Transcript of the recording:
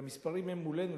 המספרים הם מולנו.